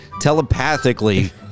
telepathically